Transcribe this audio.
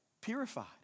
purified